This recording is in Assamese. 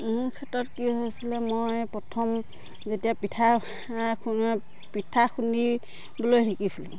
মোৰ ক্ষেত্ৰত কি হৈছিলে মই প্ৰথম যেতিয়া পিঠা পিঠা খুন্দিবলৈ শিকিছিলোঁ